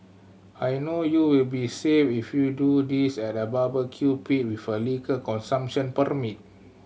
I know you will be safe if you do this at a barbecue pit with a liquor consumption